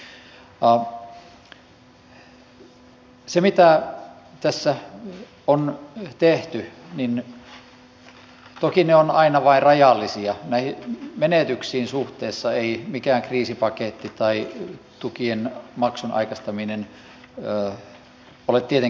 ne toimet mitä tässä on tehty toki ovat aina vain rajallisia suhteessa näihin menetyksiin ei mikään kriisipaketti tai tukien maksun aikaistaminen ole tietenkään riittävä toimi